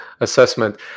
assessment